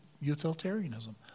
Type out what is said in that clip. utilitarianism